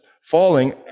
falling